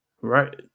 right